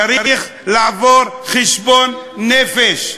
צריך לעבור חשבון נפש.